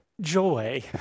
joy